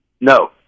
No